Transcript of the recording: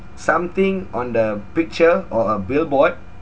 something on the picture or a billboard